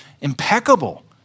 impeccable